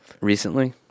recently